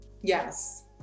Yes